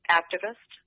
activist